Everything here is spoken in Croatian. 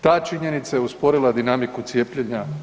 Ta činjenica je usporila dinamiku cijepljenja.